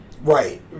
Right